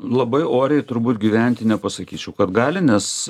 labai oriai turbūt gyventi nepasakyčiau kad gali nes